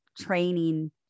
training